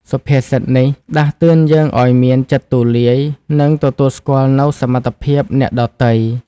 សុភាសិតនេះដាស់តឿនយើងឲ្យមាន ចិត្តទូលាយ និង ទទួលស្គាល់នូវសមត្ថភាពអ្នកដទៃ។